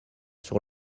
sur